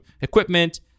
equipment